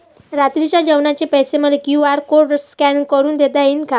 रात्रीच्या जेवणाचे पैसे मले क्यू.आर कोड स्कॅन करून देता येईन का?